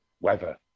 weather